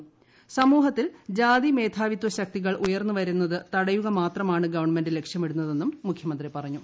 P B സമൂഹത്തിൽ J ജാതിമേധാവിത്വ ശക്തികൾ ഉയർന്നുവരുന്നത് തടയുക മാത്രമാണ് ഗവൺമെന്റ് ലക്ഷ്യമിടുന്നതെന്നും മുഖ്യമന്ത്രി പറഞ്ഞു